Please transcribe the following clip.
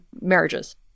marriages